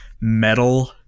metal